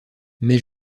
mais